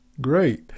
Great